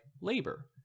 labor